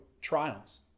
trials